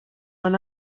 man